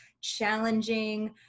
challenging